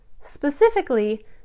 Specifically